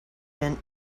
been